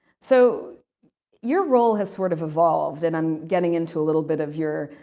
so your role has sort of evolved, and i'm getting into little bit of your,